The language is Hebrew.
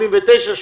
89,